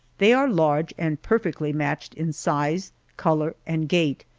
they are large, and perfectly matched in size, color, and gait,